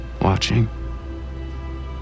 watching